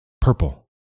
Purple